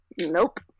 Nope